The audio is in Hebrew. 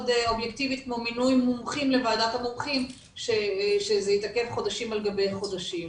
אובייקטיבית כמו מינוי מומחים לוועדת המומחים שזה התעכב חודשים על גבי חודשים.